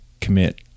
commit